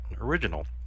original